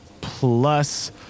plus